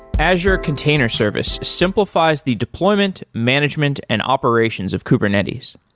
azure container service simplifies the deployment, management and operations of kubernetes.